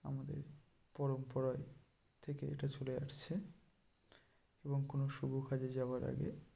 আমাদের পরম্পরায় থেকে এটা চলে আসছে এবং কোনো শুভ কাজে যাওয়ার আগে